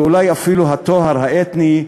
ואולי אפילו הטוהר האתני,